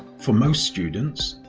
for most students,